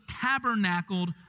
tabernacled